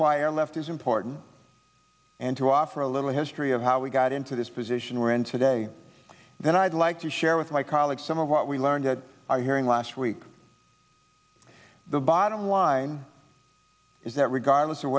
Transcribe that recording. i left is important and to offer a little history of how we got into this position we're in today then i'd like to share with my colleagues some of what we learned that hearing last week the bottom line is that regardless of